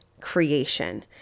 creation